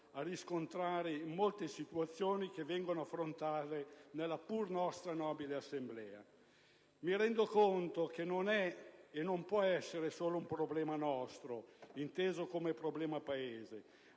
a riscontrare in molte situazioni nella pur nostra nobile Assemblea. Mi rendo conto che non è e non può essere solo un problema nostro, inteso come problema Paese,